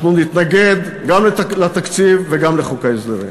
אנחנו נתנגד גם לתקציב וגם לחוק ההסדרים.